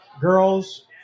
Girls